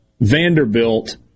Vanderbilt